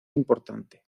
importante